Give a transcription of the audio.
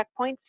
checkpoints